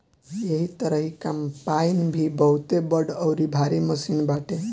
एही तरही कम्पाईन भी बहुते बड़ अउरी भारी मशीन बाटे